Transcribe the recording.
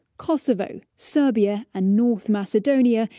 kosovo, serbia, and north macedonia,